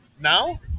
now